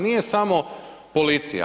Nije samo policija.